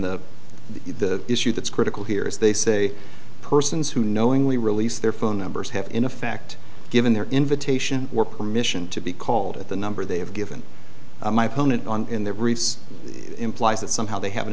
the the issue that's critical here is they say persons who knowingly release their phone numbers have in effect given their invitation or permission to be called at the number they have given my opponent on in their briefs implies that somehow they haven't